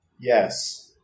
Yes